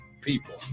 people